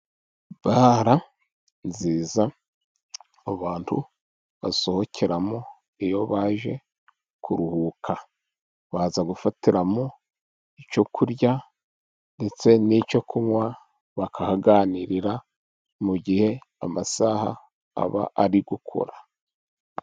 Ibara nziza abantu basohokeramo iyo baje kuruhuka, baza gufatiramo icyo kurya ndetse n'icyo kunywa, bakahaganirira mu gihe amasaha aba ari gukura.